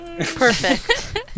Perfect